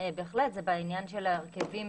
בהחלט זה בעניין של ההרכבים